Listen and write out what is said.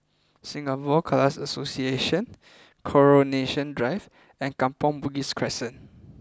Singapore Khalsa Association Coronation Drive and Kampong Bugis Crescent